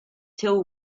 till